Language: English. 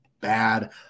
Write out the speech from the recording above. bad